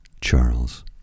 Charles